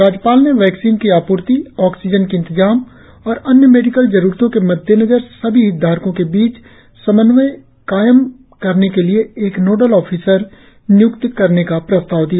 राज्यपाल ने वैक्सीन की आपूर्ति ऑक्सीजन के इंतजाम और अन्य मेडिकल जरुरतों के मद्देनजर सभी हितधारकों के बीच समन्वय कायम करने के लिए एक नोडल ऑफिसर निय्क्त करने का प्रस्ताव दिया